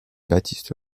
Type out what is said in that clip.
baptiste